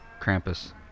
Krampus